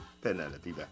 penelope